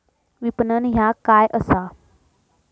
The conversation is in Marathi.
विपणन ह्या काय असा?